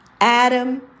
Adam